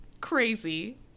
crazy